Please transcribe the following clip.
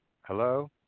Hello